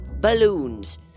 balloons